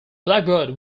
blackbird